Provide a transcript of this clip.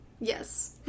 Yes